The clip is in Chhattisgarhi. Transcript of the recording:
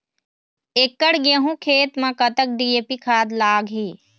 एकड़ गेहूं खेत म कतक डी.ए.पी खाद लाग ही?